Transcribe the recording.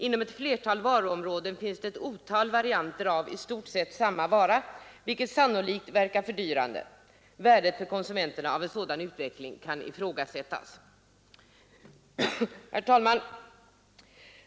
Inom ett flertal varuområden finns det ett otal varianter av i stort sett samma vara, vilket sannolikt verkar fördyrande. Värdet för konsumenterna av en sådan utveckling kan ifrågasättas.” Herr talman!